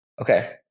Okay